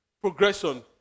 progression